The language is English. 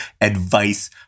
advice